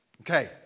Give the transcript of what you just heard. Okay